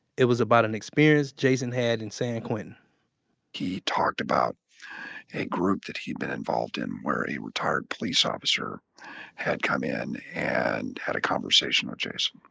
it was about an experience jason had in san quentin he talked about a group that he'd been involved in, where a retired police officer had come in and had a conversation with ah jason.